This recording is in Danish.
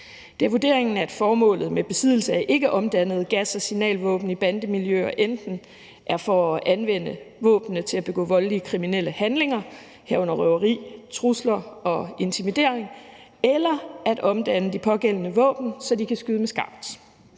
Det er vurderingen, at formålet med besiddelse af ikkeomdannede gas- og signalvåben i bandemiljøer enten er at anvende våbnene til at begå voldelige kriminelle handlinger, herunder røveri, trusler og intimidering, eller at omdanne de pågældende våben, så de kan skyde med skarpt.